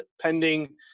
pending